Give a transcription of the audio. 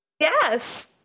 Yes